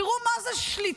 תראו מה זה שליטה